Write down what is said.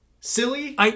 Silly